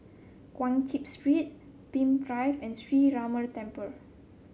Guan Chuan Street Pemimpin Drive and Sree Ramar Temple